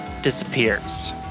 disappears